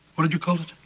what did you call